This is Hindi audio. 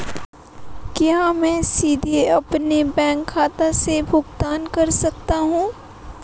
क्या मैं सीधे अपने बैंक खाते से भुगतान कर सकता हूं?